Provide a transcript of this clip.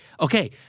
Okay